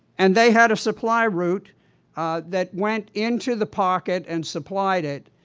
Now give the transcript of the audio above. and they had a supply route that went into the pocket and supplied it.